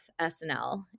SNL